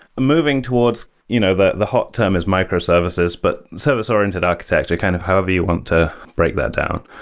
moving towards you know the the hot term is microservices, but service oriented architecture. kind of however you want to break that down.